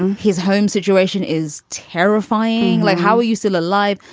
and his home situation is terrifying. like, how are you still alive?